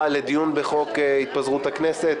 לדיון בחוק התפזרות הכנסת.